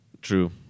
True